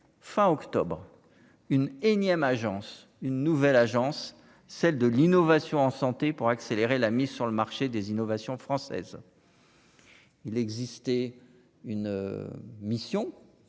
fin octobre une énième agence une nouvelle agence, celle de l'innovation en santé pour accélérer la mise sur le marché des innovations françaises. Il existait une mission